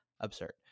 absurd